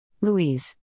Louise